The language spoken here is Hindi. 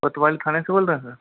कोतवाल थाने से बोल रहे हैं सर